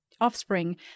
offspring